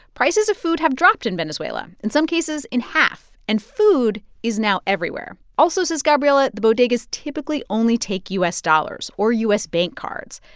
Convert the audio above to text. prices of food have dropped in venezuela, in some cases in half. and food is now everywhere. also, says gabriela, the bodegas typically only take u s. dollars or u s. bank cards,